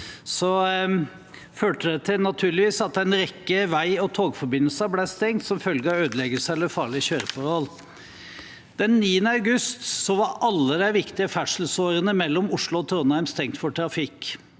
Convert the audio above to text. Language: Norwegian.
også til at en rekke vei- og togforbindelser ble stengt som følge av ødeleggelser eller farlige kjøreforhold. Den 9. august var alle de viktige ferdselsårene mellom Oslo og Trondheim stengt for trafikk: